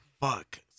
fuck